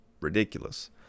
ridiculous